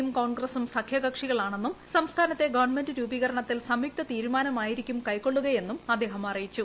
യും കോൺഗ്രസും സഖ്യകക്ഷികളാണെന്നും സംസ്ഥാനത്തെ ഗവൺമെന്റ് രൂപീകരണത്തിൽ സംയുക്ത തീരുമാനമായിരിക്കും കൈക്കൊള്ളുകയെന്നും അദ്ദേഹം അറിയിച്ചു